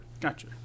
Gotcha